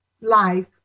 life